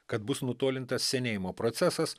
kad bus nutolintas senėjimo procesas